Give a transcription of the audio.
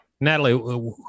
Natalie